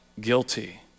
guilty